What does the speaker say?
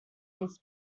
his